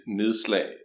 nedslag